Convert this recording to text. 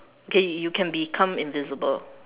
okay you can become invisible